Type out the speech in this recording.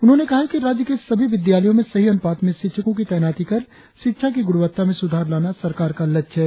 उन्होंने कहा है कि राज्य के सभी विद्यालयों में सही अनुपात में शिक्षको की तैनाती कर शिक्षा की गुणवत्ता में सुधार लाना सरकार का लक्ष्य है